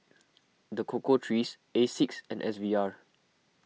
the Cocoa Trees Asics and S V R